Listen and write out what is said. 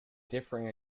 differing